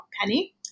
Penny